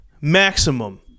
maximum